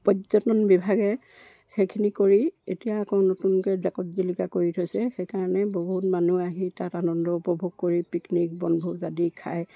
পৰ্যটন বিভাগে সেইখিনি কৰি এতিয়া আকৌ নতুনকৈ জাকত জিলিকা কৰি থৈছে সেইকাৰণে বহুত মানুহ আহি তাত আনন্দ উপভোগ কৰি পিকনিক বনভোজ আদি খায়